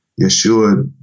Yeshua